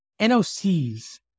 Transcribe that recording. NOCs